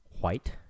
white